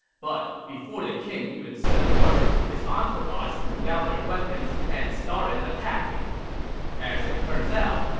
but before the king even said a word, his entourage pulled out their weapons and started attacking as it turns out,